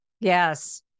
Yes